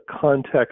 context